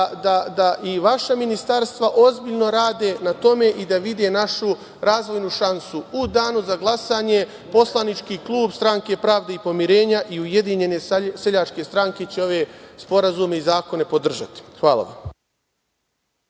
i vaša ministarstva ozbiljno rade na tome i da vide našu razvojnu šansu.U danu za glasanje, poslanički klub Stranke pravde i pomirenja i Ujedinjene seljačke stranke će ove sporazume i zakone podržati. Hvala vam.